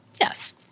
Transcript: yes